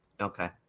Okay